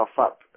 up